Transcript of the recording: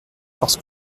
parce